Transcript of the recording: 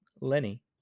Lenny